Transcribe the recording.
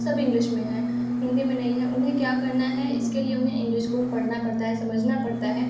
सब इंग्लिश में है हिन्दी में नहीं है उन्हे क्या करना है इसके लिए उन्हे इंग्लिश को पढ़ना पड़ता है समझना पड़ता है